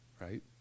right